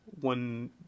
one